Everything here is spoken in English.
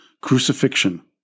crucifixion